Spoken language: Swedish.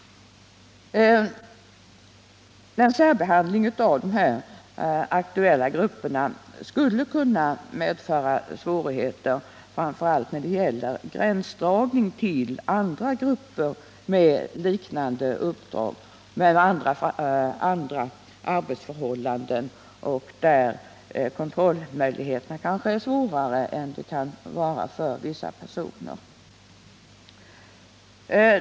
Den föreslagna särbehandlingen av denna grupp skulle kunna medföra svårigheter, framför allt när det gäller gränsdragningen till andra grupper som har liknande uppdrag men beträffande vilka kontrollmöjligheterna är sämre än för de här aktuella personerna.